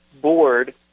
board